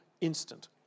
Instant